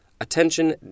attention